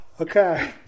Okay